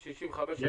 יש.